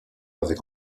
avec